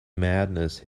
madness